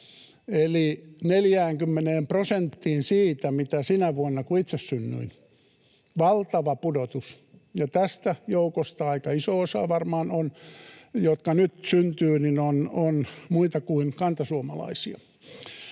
eli 40 prosenttiin siitä, mitä sinä vuonna kuin itse synnyin — valtava pudotus — ja tästä joukosta, jotka nyt syntyvät, varmaan aika iso osa on muita kuin kantasuomalaisia.